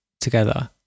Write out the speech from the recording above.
together